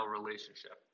relationship